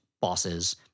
Bosses